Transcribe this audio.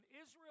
Israel